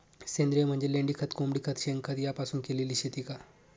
सेंद्रिय म्हणजे लेंडीखत, कोंबडीखत, शेणखत यापासून केलेली शेती का?